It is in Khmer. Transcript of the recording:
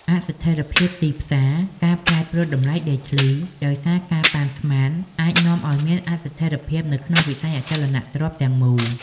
អស្ថិរភាពទីផ្សារ ការប្រែប្រួលតម្លៃដីធ្លីដោយសារការប៉ាន់ស្មាន អាចនាំឲ្យមានអស្ថិរភាពនៅក្នុងវិស័យអចលនទ្រព្យទាំងមូល។